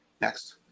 Next